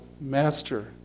Master